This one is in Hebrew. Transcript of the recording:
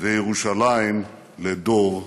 וירושלם לדור ודור".